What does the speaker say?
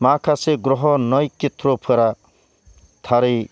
माखासे ग्रह' नयखेथ्र'फोरा थारै